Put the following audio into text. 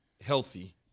healthy